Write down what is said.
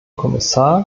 kommissar